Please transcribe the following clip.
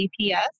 GPS